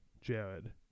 Jared